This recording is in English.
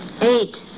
Eight